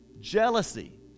jealousy